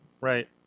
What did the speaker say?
Right